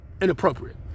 inappropriate